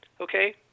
okay